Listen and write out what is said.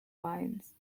minds